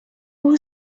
who